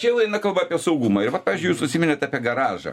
čia jau eina kalba apie saugumą ir va jūs užsiminėt apie garažą